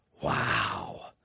Wow